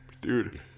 Dude